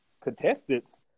contestants